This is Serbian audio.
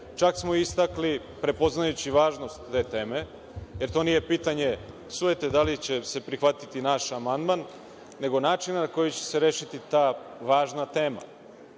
Čak smo istakli, prepoznajući važnost te teme, jer to nije pitanje sujete da li će se prihvatiti naš amandman, nego načina na koji će se rešiti ta važna tema.